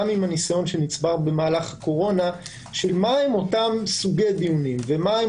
עם הניסיון שנצבר במהלך הקורונה של מהם אותם סוגי דיונים ומהם